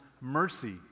mercy